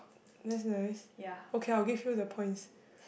that's nice okay I'll give you the points